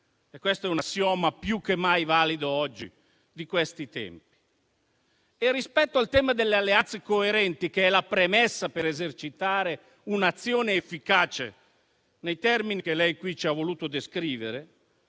questo è un assioma più che mai valido oggi, di questi tempi. Rispetto al tema delle alleanze coerenti, che è la premessa per esercitare un'azione efficace nei termini che lei qui ci ha voluto descrivere,